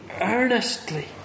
earnestly